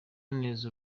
neza